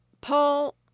Paul